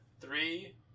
three